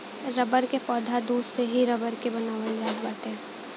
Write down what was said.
rubber के पौधा के दूध से ही रबर के बनावल जात बाटे